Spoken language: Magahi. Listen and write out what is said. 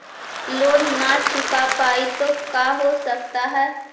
लोन न चुका पाई तो का हो सकता है?